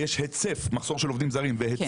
ויש היצף במקרים,